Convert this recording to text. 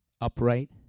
upright